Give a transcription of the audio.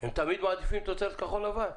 הם תמיד מעדיפים תוצרת כחול לבן?